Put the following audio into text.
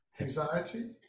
anxiety